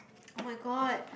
oh-my-god